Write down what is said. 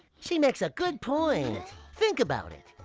she makes a good point think about it.